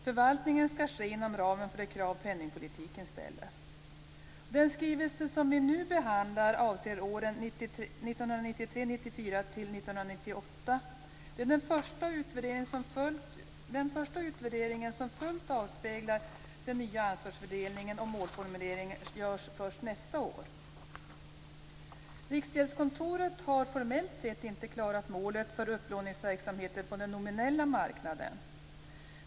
Förvaltningen skall ske inom ramen för de krav penningpolitiken ställer. Den skrivelse som vi nu behandlar avser åren 1993/94-1998. Det är den första utvärderingen som fullt avspeglar den nya ansvarsfördelningen. Målformuleringen görs först nästa år. Riksgäldskontoret har formellt sett inte klarat målet för upplåningsverksamheten på den nominella marknaden.